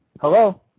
Hello